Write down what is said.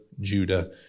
Judah